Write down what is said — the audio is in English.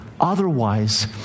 Otherwise